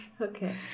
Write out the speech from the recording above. Okay